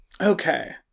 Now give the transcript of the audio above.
Okay